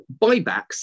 Buybacks